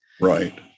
Right